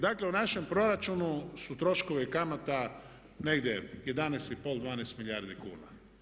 Dakle, u našem proračunu su troškovi kamata negdje 11,5, 12 milijardi kuna.